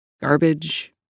garbage